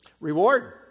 Reward